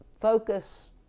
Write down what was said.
focus